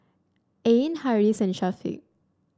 Ain Harris and Syafiq